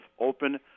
open